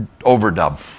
overdub